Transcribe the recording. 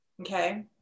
okay